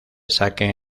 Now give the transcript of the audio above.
saque